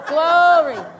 Glory